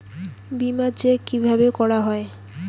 বিমা চেক কিভাবে করা হয়?